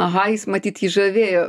aha jis matyt jį žavėjo